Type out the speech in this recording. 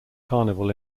carnival